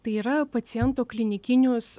tai yra paciento klinikinius